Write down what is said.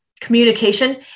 communication